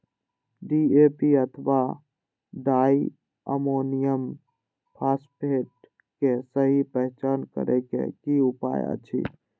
DAP अथवा di ammonium phosphate के सहि पहचान करे के कि उपाय अछि?